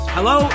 Hello